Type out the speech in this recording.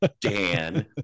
Dan